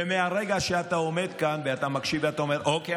ומהרגע שאתה עומד כאן ואתה מקשיב ואתה אומר: אוקיי,